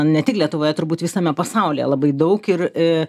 ne tik lietuvoje turbūt visame pasaulyje labai daug ir